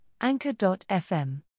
Anchor.fm